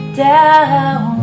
down